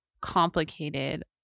complicated